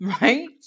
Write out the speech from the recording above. Right